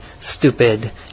stupid